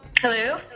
Hello